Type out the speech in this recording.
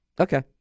Okay